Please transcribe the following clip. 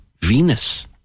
Venus